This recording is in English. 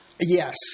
Yes